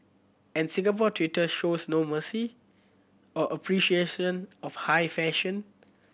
and Singapore Twitter shows no mercy or appreciation of high fashion